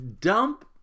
dump